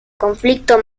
conflicto